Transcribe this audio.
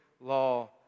law